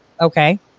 okay